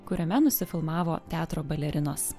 kuriame nusifilmavo teatro balerinos